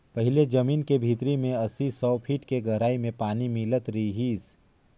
पहिले जमीन के भीतरी में अस्सी, सौ फीट के गहराई में पानी मिलत रिहिस